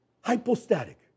hypostatic